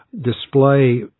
display